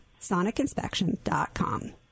sonicinspection.com